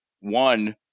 one